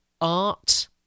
art